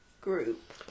group